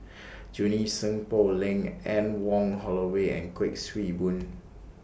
Junie Sng Poh Leng Anne Wong Holloway and Kuik Swee Boon